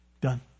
Done